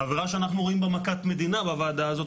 עבירה שאנחנו רואים בה מכת מדינה בוועדה הזאת,